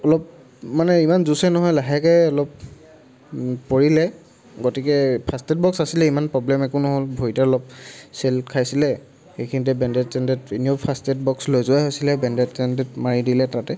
অলপ মানে ইমান জোৰচে নহয় লাহেকৈ অলপ পৰিলে গতিকে ফাৰ্ষ্ট এইড বক্স আছিলেই ইমান প্ৰব্লেম একো নহ'ল ভৰিটো অলপ চেল খাইছিলে সেইখিনিতে বেণ্ডেজ টেণ্ডেট এনেও ফাৰ্ষ্ট এইড বক্স লৈ যোৱাই হৈছিলে বেণ্ড এইড টেণ্ডেট মাৰি দিলে তাতে